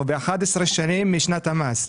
אנחנו ב-11 שנים משנת המס.